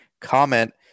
comment